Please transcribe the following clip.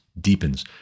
deepens